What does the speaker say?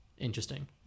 interesting